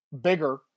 bigger